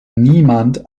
niemand